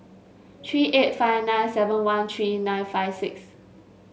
three eight five nine seven one three nine five six